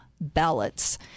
ballots